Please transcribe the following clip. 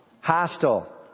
hostile